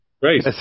Great